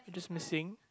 just missing